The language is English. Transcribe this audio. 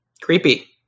Creepy